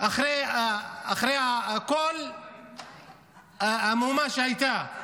אחרי כל המהומה שהייתה על